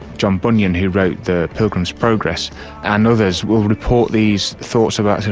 john bunyan who wrote the pilgrim's progress and others will report these thoughts about,